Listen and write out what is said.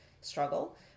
struggle